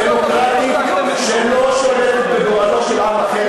דמוקרטית שלא שולטת בגורלו של עם אחר,